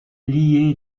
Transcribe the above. lié